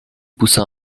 poussa